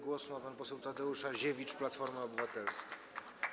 Głos ma pan poseł Tadeusz Aziewicz, Platforma Obywatelska.